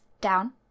down